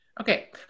Okay